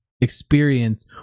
experience